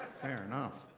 fair enough.